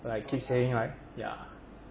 but like keep saying like yeah